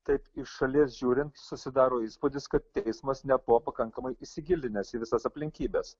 taip iš šalies žiūrint susidaro įspūdis kad teismas nebuvo pakankamai įsigilinęs į visas aplinkybes